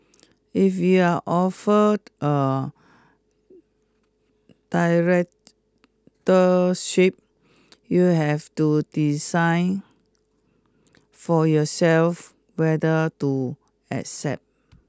if you are offered a directorship you have to decide for yourself whether to accept